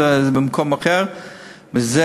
וזה